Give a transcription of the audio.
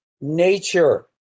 nature